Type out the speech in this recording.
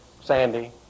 Sandy